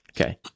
Okay